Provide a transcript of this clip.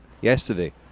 yesterday